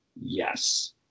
yes